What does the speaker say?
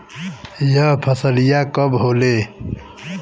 यह फसलिया कब होले?